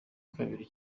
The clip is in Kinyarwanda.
kabiri